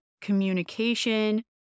communication